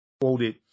quoted